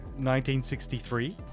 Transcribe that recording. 1963